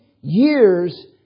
years